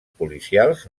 policials